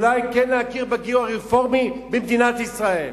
שאולי כן להכיר בגיור הרפורמי במדינת ישראל.